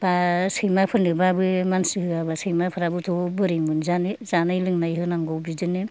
बा सैमाफोरनोबाबो मानसि होआब्ला सैमाफ्राबोथ' बोरै मोनजानो जानाय लोंनाय होनांगौ बिदिनो